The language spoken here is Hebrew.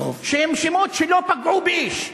שהם שמות שלא פגעו באיש.